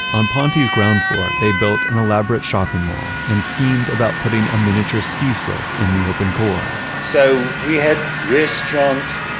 on ponte's ground floor they built an elaborate shopping mall and schemed about putting a miniature ski slope in the open core. so we had restaurants,